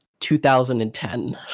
2010